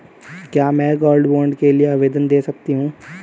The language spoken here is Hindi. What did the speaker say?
क्या मैं गोल्ड बॉन्ड के लिए आवेदन दे सकती हूँ?